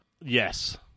yes